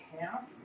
half